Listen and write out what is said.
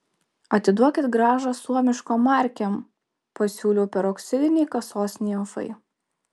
atiduokit grąžą suomiškom markėm pasiūliau peroksidinei kasos nimfai